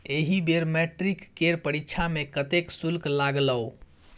एहि बेर मैट्रिक केर परीक्षा मे कतेक शुल्क लागलौ?